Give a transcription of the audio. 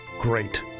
great